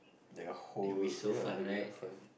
like a whole ya it'll be so fun